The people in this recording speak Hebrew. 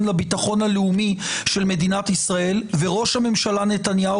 לביטחון הלאומי של מדינת ישראל וראש הממשלה נתניהו